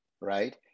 right